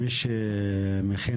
מי שמכין